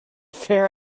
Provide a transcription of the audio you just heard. fair